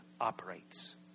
operates